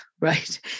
right